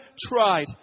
tried